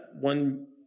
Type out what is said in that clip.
one